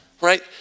right